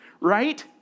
right